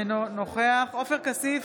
אינו נוכח עופר כסיף,